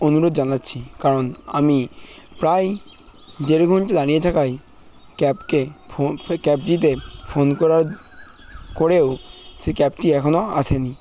অনুরোধ জানাচ্ছি কারণ আমি প্রায় দেড় ঘণ্টা দাঁড়িয়ে থাকায় ক্যাবকে ফোন সেই ক্যাবটিতে ফোন করার করেও সেই ক্যাবটি এখনও আসেনি